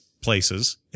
places